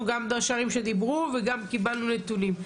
גם ראשי ערים שדיברו וגם קיבלנו נתונים,